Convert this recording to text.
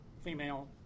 female